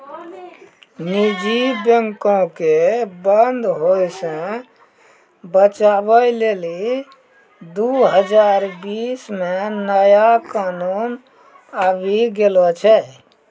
निजी बैंको के बंद होय से बचाबै लेली दु हजार बीस मे नया कानून आबि गेलो छै